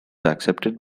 accepted